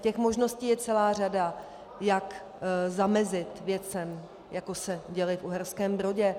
Těch možností je celá řada, jak zamezit věcem, jako se děly v Uherském Brodě.